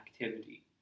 activity